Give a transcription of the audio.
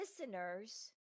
listeners